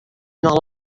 noch